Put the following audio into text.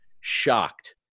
shocked